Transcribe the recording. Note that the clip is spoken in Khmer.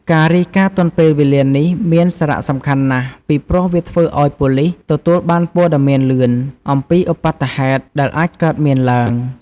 ការរាយការណ៍ទាន់ពេលវេលានេះមានសារៈសំខាន់ណាស់ ពីព្រោះវាធ្វើឲ្យប៉ូលិស ទទួលបានព័ត៌មានលឿន អំពីឧប្បត្តិហេតុដែលអាចកើតមានឡើង។